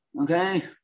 okay